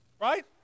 right